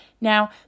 Now